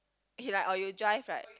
he like or you drive right